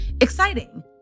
Exciting